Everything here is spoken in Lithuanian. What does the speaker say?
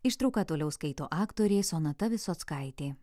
ištrauką toliau skaito aktorė sonata visockaitė